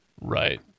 Right